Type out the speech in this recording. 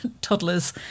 toddlers